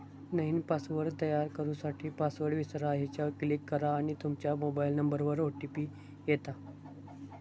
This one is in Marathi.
नईन पासवर्ड तयार करू साठी, पासवर्ड विसरा ह्येच्यावर क्लीक करा आणि तूमच्या मोबाइल नंबरवर ओ.टी.पी येता